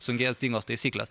sudėtingos taisyklės